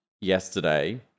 yesterday